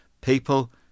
people